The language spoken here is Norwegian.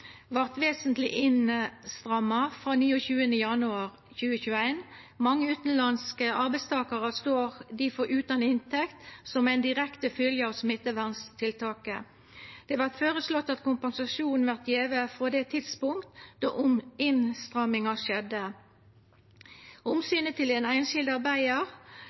vart vesentleg stramma inn frå 29. januar 2021. Mange utanlandske arbeidstakarar står difor utan inntekt som ei direkte fylgje av smitteverntiltaket. Det vert føreslått at kompensasjonen vert gjeven frå det tidspunkt då innstramminga skjedde. Omsynet til den einskilde